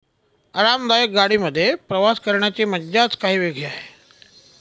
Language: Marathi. आरामदायक गाडी मध्ये प्रवास करण्याची मज्जाच काही वेगळी आहे